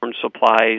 supplies